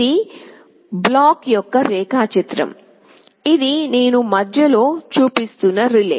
ఇది బ్లాక్ యొక్క రేఖాచిత్రం ఇది నేను మధ్యలో చూపిస్తున్న రిలే